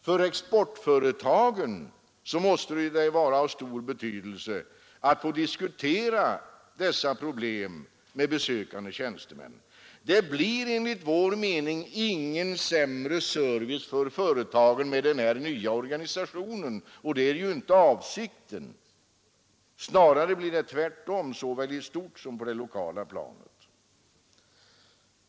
För exportföretagen måste det ju vara av stor betydelse att få diskutera dessa problem med besökande tjänstemän. Det blir enligt vår mening inte en sämre service för företagen med den här nya organisationen, och det är ju inte heller avsikten — snarare blir det tvärtom, såväl i stort som på det lokala planet.